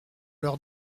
leur